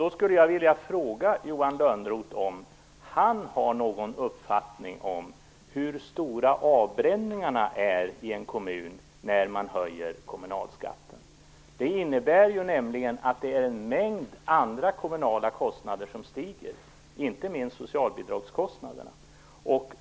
Då skulle jag vilja fråga Johan Lönnroth om han har någon uppfattning om hur stora avbränningarna är i en kommun när man höjer kommunalskatten. Det innebär nämligen att det är en mängd andra kommunala kostnader som stiger, inte minst socialbidragskostnaderna.